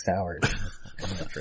hours